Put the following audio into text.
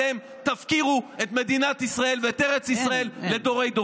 אתם תפקירו את מדינת ישראל ואת ארץ ישראל לדורי-דורות.